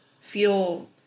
feel